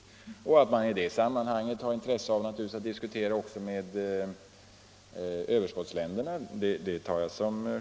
Och jag tar det som självklart att man i det sammanhanget har intresse av att diskutera också med överskottsländerna.